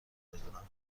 بدونم